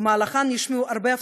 ובמהלכן נשמעו הרבה הבטחות,